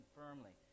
firmly